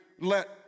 Let